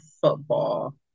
football